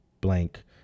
blank